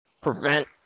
prevent